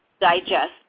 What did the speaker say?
digest